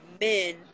men